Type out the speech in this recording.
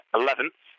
eleventh